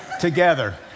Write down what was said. together